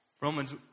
Romans